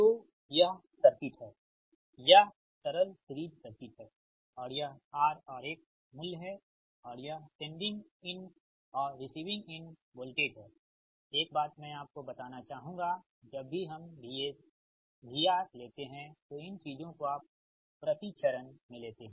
तो यह सर्किट है यह सरल सीरिज़ सर्किट है और यह R और X मूल्य है और यह सेंडिंग इंड और रिसीविंग इंड वोल्टेज है एक बात मैं आपको बताना चाहूँगा जब भी हम VS VR लेते हैं तो इन चीजों को आप प्रति चरण में लेते हैं